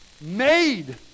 made